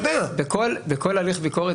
בכל הליך ביקורת,